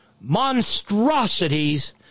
monstrosities